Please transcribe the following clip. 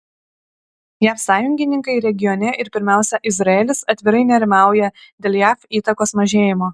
jav sąjungininkai regione ir pirmiausia izraelis atvirai nerimauja dėl jav įtakos mažėjimo